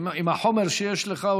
עם החומר שיש לך.